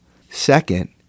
second